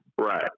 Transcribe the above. right